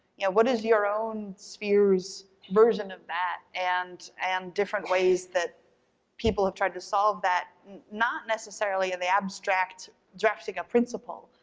you know, what is your own sphere's version of that and and different ways that people have tried to solve that, not necessarily in the abstract drafting a principle,